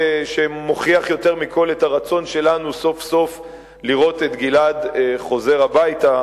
שמוכיח יותר מכול את הרצון שלנו סוף-סוף לראות את גלעד חוזר הביתה,